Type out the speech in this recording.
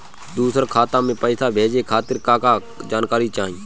दूसर खाता में पईसा भेजे के खातिर का का जानकारी चाहि?